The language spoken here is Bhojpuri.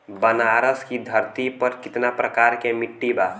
बनारस की धरती पर कितना प्रकार के मिट्टी बा?